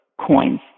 coins